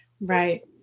Right